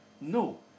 No